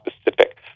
specific